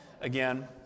again